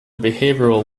behavioral